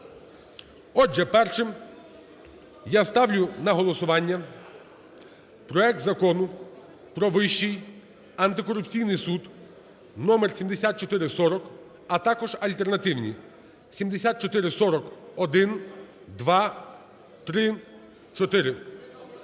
Отже, першим я ставлю на голосування проект Закону про Вищий антикорупційний суд (номер 7440), а також альтернативні 7440-1,